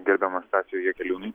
gerbiamas stasiui jakeliūnui